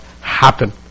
happen